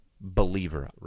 believer